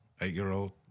eight-year-old